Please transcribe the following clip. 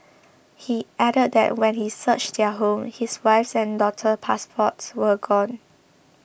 he added that when he searched their home his wife's and daughter's passports were gone